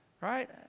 Right